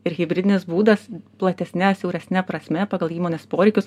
ir hibridinis būdas platesne siauresne prasme pagal įmonės poreikius